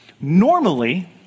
normally